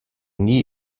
nie